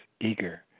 eager